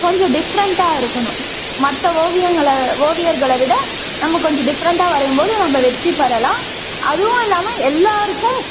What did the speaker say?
கொஞ்சம் டிஃப்ரெண்ட்டாக இருக்கணும் மற்ற ஓவியங்களை ஓவியர்களை விட நம்ம கொஞ்சம் டிஃப்ரெண்டாக வரையும் போது நம்ப வெற்றி பெறலாம் அதுவும் இல்லாமல் எல்லோருக்கும்